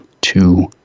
two